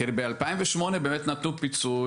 תראי, בשנת 2008 באמת נתנו פיצוי.